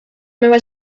meua